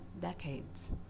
decades